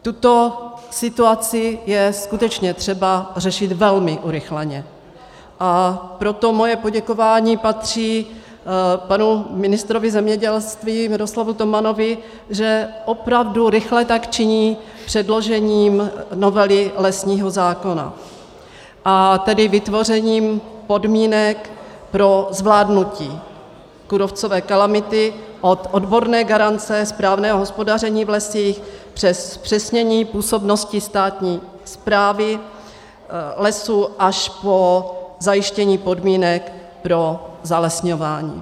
Tuto situaci je skutečně třeba řešit velmi urychleně, proto moje poděkování patří panu ministrovi zemědělství Miroslavu Tomanovi, že opravdu tak rychle činí předložením novely lesního zákona, a tedy vytvořením podmínek pro zvládnutí kůrovcové kalamity od odborné garance správného hospodaření v lesích přes zpřesnění působnosti státní správy lesů až po zajištění podmínek pro zalesňování.